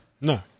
No